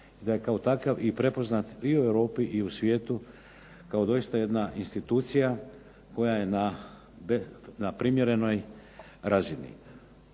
i da kao takav i prepoznat i u Europi i u svijetu kao doista jedna institucija koja je na primjerenoj razini.